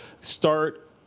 start